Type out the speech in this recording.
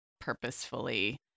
purposefully